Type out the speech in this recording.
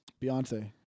Beyonce